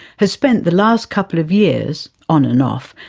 has spent the last couple of years, on and off,